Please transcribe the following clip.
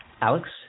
Alex